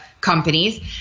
companies